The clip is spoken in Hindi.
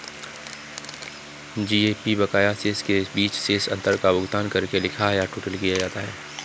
जी.ए.पी बकाया शेष के बीच शेष अंतर का भुगतान करके लिखा या टोटल किया जाता है